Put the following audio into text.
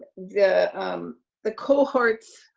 the the cohorts,